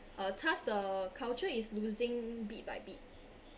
uh thus the culture is losing bit by bit